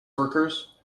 workers